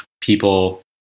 people